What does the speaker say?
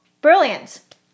Brilliant